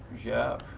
yeah.